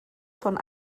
von